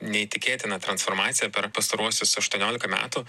neįtikėtiną transformaciją per pastaruosius aštuoniolika metų